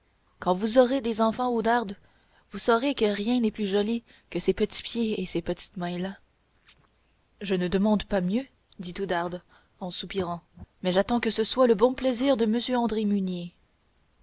quand vous aurez des enfants oudarde vous saurez que rien n'est plus joli que ces petits pieds et ces petites mains là je ne demande pas mieux dit oudarde en soupirant mais j'attends que ce soit le bon plaisir de monsieur andry musnier